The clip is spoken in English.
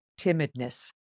timidness